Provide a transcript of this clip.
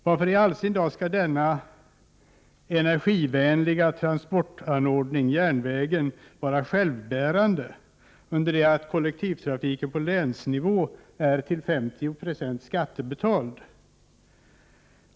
Varför skall denna energivänliga transportanordning, järnvägen, vara självbärande, när kollektivtrafiken på länsnivå till 50 20 betalas med skattemedel?